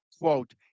quote